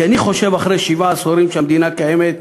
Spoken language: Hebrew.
כי אני חושב שאחרי שבעה עשורים שהמדינה קיימת,